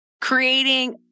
creating